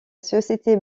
société